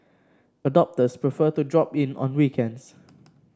adopters prefer to drop in on weekends